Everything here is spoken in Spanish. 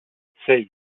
seis